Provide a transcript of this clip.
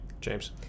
James